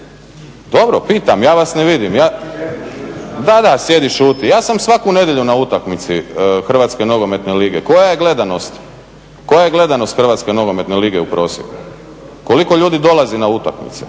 Dobro, pitam. Ja vas ne vidim. Da, da, sjedi i šuti. Ja sam svaku nedjelju na utakmici HNL-a. Koja je gledanost HNL-a u prosjeku? Koliko ljudi dolazi na utakmice?